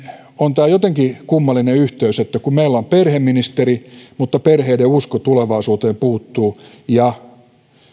on tämä jotenkin kummallinen yhteys että meillä on perheministeri mutta perheiden usko tulevaisuuteen puuttuu ja on